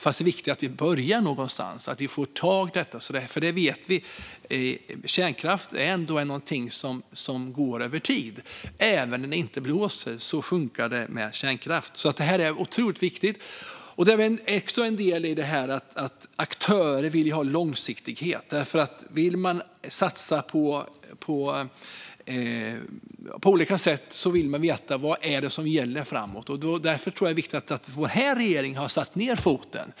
Men det viktiga är att vi börjar någonstans. Vi vet ändå att kärnkraft är något som fungerar över tid. Även när det inte blåser funkar kärnkraft. Aktörer vill ju ha långsiktighet, för om de ska satsa vill de veta vad som gäller framåt. Därför tror jag att det är viktigt att vår regering har satt ned foten.